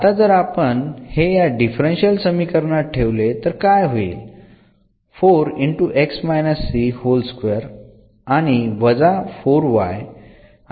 आता जर आपण हे या डिफरन्शियल समीकरणामध्ये ठेवले तर काय होईल तर आणि वजा